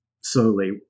slowly